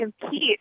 compete